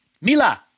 Mila